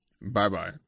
bye-bye